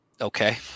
Okay